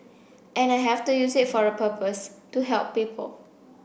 and I have to use it for a purpose to help people